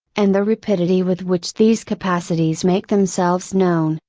and the rapidity with which these capacities make themselves known,